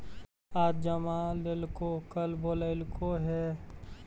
आज जमा लेलको कल बोलैलको हे?